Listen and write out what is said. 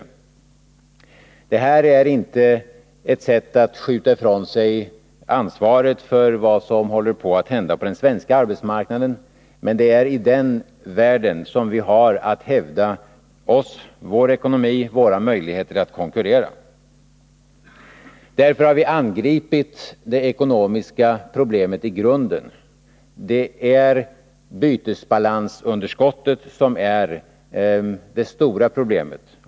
Att hänvisa till andra länder är inte ett sätt att skjuta ifrån sig ansvaret för vad som håller på att hända på den svenska arbetsmarknaden, men det är i den världen vi har att hävda oss, vår ekonomi och våra möjligheter att konkurrera. Därför har vi angripit det ekonomiska problemet i grunden. Det är bytesbalansunderskottet som är det stora problemet.